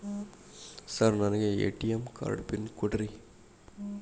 Sir ನನಗೆ ATM card pin ಕೊಡ್ರಿ?